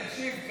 תקשיב,